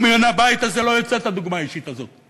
ומן הבית הזה לא יוצאת הדוגמה האישית הזאת.